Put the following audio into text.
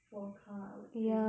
for a car I would say